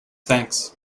thanks